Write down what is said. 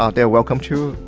ah they're welcome to.